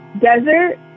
desert